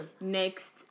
next